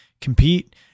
Compete